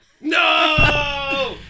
No